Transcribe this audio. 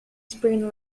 spring